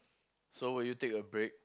so will you take a break